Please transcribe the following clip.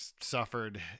suffered